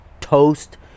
toast